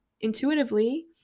intuitively